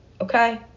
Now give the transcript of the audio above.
Okay